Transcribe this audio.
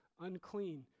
unclean